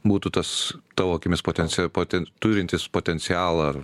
būtų tas tavo akimis potencija pati turintys potencialą